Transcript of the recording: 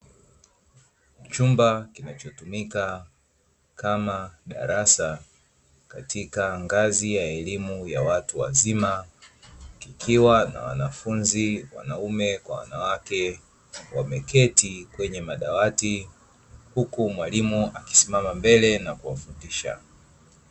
Chumba kinachotumika kama darasa katika ngazi ya elimu ya watu wazima, ikiwa na wanafunzi wanaume kwa wanawake wameketi kwenye madawati huku mwalimu akisimama mbele na kuwafundisha.